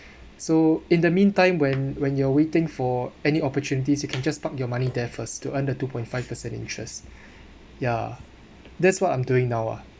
so in the meantime when when you're waiting for any opportunities you can just park your money there first to earn the two point five percent interest ya that's what I'm doing now ah